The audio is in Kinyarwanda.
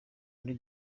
muri